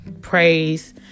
praise